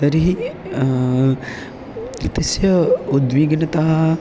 तर्हि तस्य उद्विग्गनता